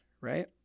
right